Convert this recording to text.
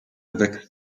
wächst